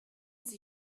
sie